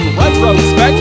retrospect